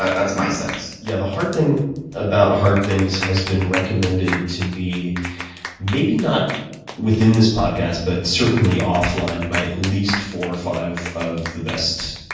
that's my sense. yeah, the hard thing about hard things has been recommended to me maybe not within this podcast but certainly offline by at least four or five of the best